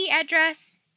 address